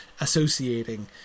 associating